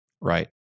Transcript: Right